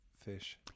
fish